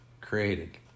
created